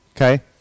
Okay